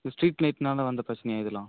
இந்த ஸ்ட்ரீட் லைட்னால வந்த பிரச்சனையாக இதெலாம்